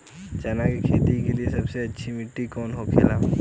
चना की खेती के लिए सबसे अच्छी मिट्टी कौन होखे ला?